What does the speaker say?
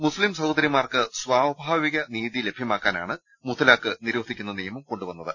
മുസ്തിം സഹോദരിമാർക്ക് സ്വാഭാ വിക നീതി ലഭ്യമാക്കാനാണ് മുത്തലാഖ് നിരോധിക്കുന്ന നിയമം കൊണ്ടുവ ന്നത്